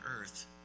earth